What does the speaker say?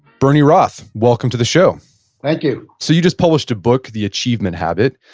bernie roth, welcome to the show thank you so you just published a book, the achievement habit.